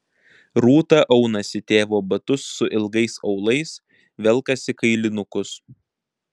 rūta aunasi tėvo batus su ilgais aulais velkasi kailinukus